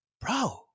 bro